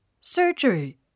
Surgery